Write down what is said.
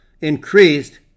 increased